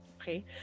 Okay